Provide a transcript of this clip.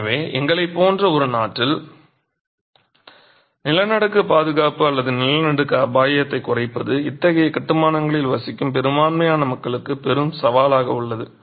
எனவே எங்களைப் போன்ற ஒரு நாட்டில் நிலநடுக்க பாதுகாப்பு அல்லது நிலநடுக்க அபாயத்தைக் குறைப்பது இத்தகைய கட்டுமானங்களில் வசிக்கும் பெரும்பான்மையான மக்களுக்கு பெரும் சவாலாக உள்ளது